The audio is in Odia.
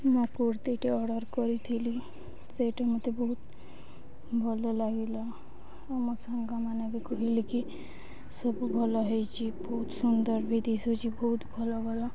ମୁଁ କୁର୍ତ୍ତୀଟେ ଅର୍ଡ଼ର୍ କରିଥିଲି ସେଇଟା ମୋତେ ବହୁତ ଭଲ ଲାଗିଲା ଆଉ ମୋ ସାଙ୍ଗମାନେ ବି କହିଲେ କିି ସବୁ ଭଲ ହୋଇଛି ବହୁତ ସୁନ୍ଦର ବି ଦିଶୁଛି ବହୁତ ଭଲ ଭଲ